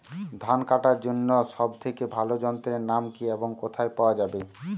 ধান কাটার জন্য সব থেকে ভালো যন্ত্রের নাম কি এবং কোথায় পাওয়া যাবে?